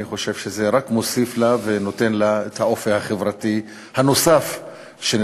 אני חושב שזה רק מוסיף לתוכנית ונותן לה את האופי החברתי הנוסף שנדרש.